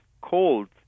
cold